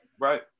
Right